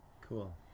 Cool